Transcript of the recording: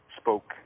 spoke